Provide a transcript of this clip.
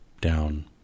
down